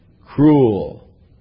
Cruel